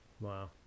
wow